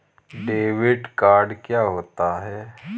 Debit card क्या होता है?